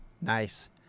Nice